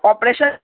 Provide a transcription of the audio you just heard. operation